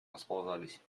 расползались